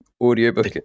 Audiobook